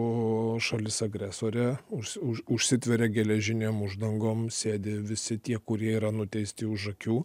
o šalis agresorė už už užsitveria geležinėm uždangom sėdi visi tie kurie yra nuteisti už akių